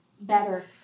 better